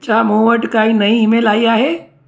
छा मूं वटि काई नईं ईमेल आई आहे